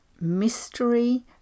mystery